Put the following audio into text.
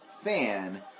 fan